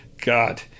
God